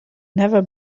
never